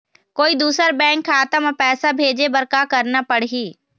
कोई दूसर बैंक खाता म पैसा भेजे बर का का करना पड़ही?